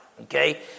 Okay